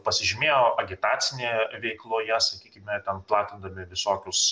pasižymėjo agitacinėje veikloje sakykime ten platindami visokius